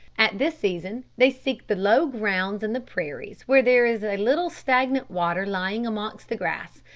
at this season they seek the low grounds in the prairies where there is a little stagnant water lying amongst the grass,